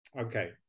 Okay